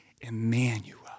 Emmanuel